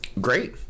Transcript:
great